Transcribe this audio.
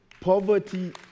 poverty